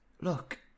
Look